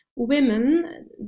women